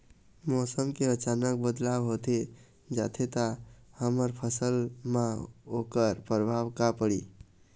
मौसम के अचानक बदलाव होथे जाथे ता हमर फसल मा ओकर परभाव का पढ़ी?